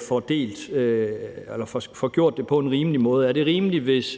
får gjort det på en rimelig måde.